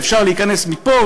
ואפשר להיכנס מפה,